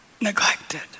neglected